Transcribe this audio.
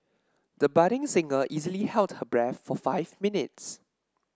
the budding singer easily held her breath for five minutes